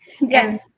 Yes